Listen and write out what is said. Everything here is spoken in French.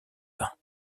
bains